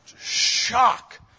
shock